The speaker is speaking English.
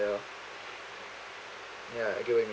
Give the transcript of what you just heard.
ya I get what you mean